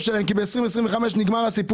של המכרזים הקיימים כי ב-2025 נגמר הסיפור.